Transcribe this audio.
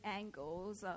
angles